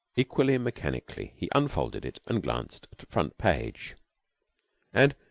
equally mechanically he unfolded it and glanced at front page and,